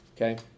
okay